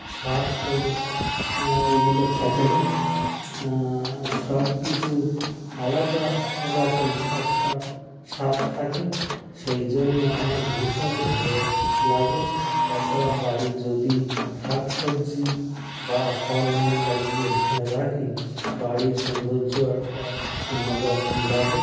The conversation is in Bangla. সার তেল এগুলো থাকে না সব কিছু আলাদা রকম একটা সার থাকে সেই জন্য আমার ভীষণ ভালো লাগে তাছাড়া বাড়ি যদি শাক সবজি বা ফল মূল লাগিয়ে রাখি বাড়ির সৌন্দর্য আর তা অন্য রকম লাগে